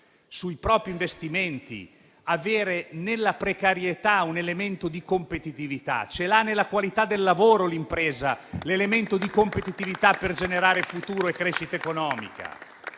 futuro di questo Paese avere nella precarietà un elemento di competitività; l'impresa ha nella qualità del lavoro l'elemento di competitività per generare futuro e crescita economica.